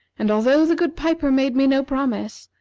and although the good piper made me no promise,